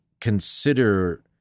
consider